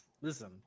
Listen